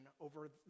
over